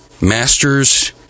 Master's